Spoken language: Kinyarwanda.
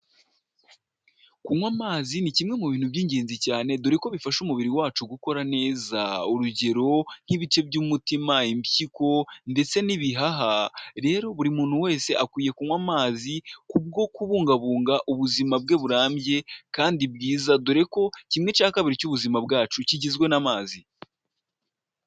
Kunywa amazi ni kimwe mu bintu by'ingenzi cyane dore ko bifasha umubiri wacu gukora neza urugero: nk'ibice by'umutima, impyiko ndetse n'ibihaha, rero buri muntu wese akwiye kunywa amazi kubwo kubungabunga ubuzima bwe burambye kandi bwiza dore ko kimwe cya kabiri cy'ubuzima bwacu kigizwe n'amazi.